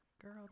Girl